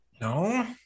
No